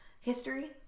history